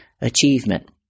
achievement